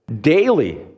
Daily